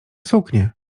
suknie